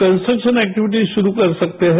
construction activities शुरू कर सकते हैं